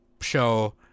show